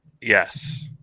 Yes